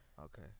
okay